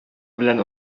белән